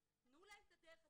תנו להם את הדרך הזו,